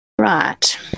Right